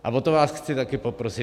A o to vás chci také poprosit.